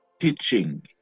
teaching